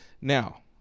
now